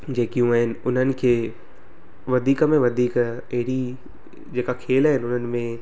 जेकियूं आहिनि उन्हनि खे वधीक में वधीक एॾी जेका खेल आहिनि उन्हनि में